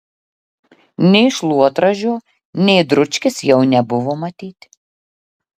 nei šluotražio nei dručkės jau nebuvo matyti